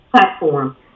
platform